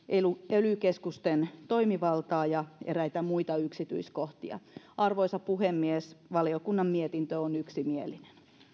ely keskusten toimivaltaa ja eräitä muita yksityiskohtia arvoisa puhemies valiokunnan mietintö on yksimielinen